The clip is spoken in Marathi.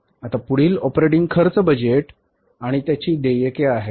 आता पुढील ऑपरेटिंग खर्च बजेट आणि त्यांचे देयके आहेत